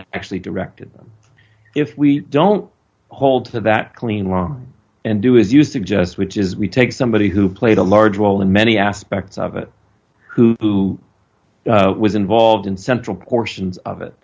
actually directed if we don't hold to that clean wrong and do as you suggest which is we take somebody who played a large role in many aspects of it who was involved in central portions of it